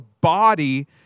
body